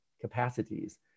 capacities